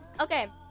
okay